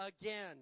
again